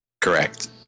Correct